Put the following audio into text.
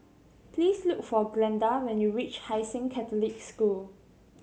please look for Glenda when you reach Hai Sing Catholic School